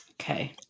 Okay